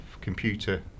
computer